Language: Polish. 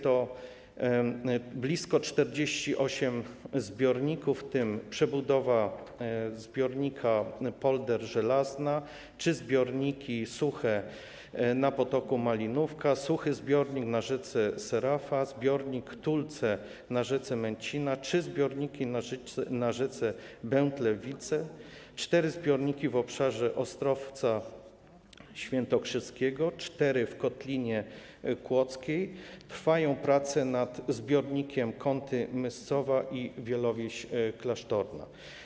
To blisko 48 zbiorników, w tym przebudowa zbiornika, polderu Żelazna, trzy zbiorniki suche na potoku Malinówka, suchy zbiornik na rzece Serafie, zbiornik Tulce na rzece Męcinie, trzy zbiorniki na rzece Bętlewiance, cztery zbiorniki w obszarze Ostrowca Świętokrzyskiego, cztery w Kotlinie Kłodzkiej, trwają prace nad zbiornikami Kąty - Myscowa i Wielowieś Klasztorna.